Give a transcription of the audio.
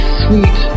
sweet